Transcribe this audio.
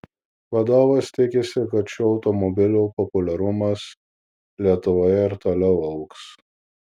vadovas tikisi kad šių automobilių populiarumas lietuvoje ir toliau augs